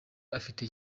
afite